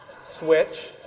Switch